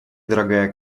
дорогая